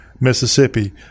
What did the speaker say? Mississippi